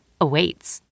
awaits